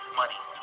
money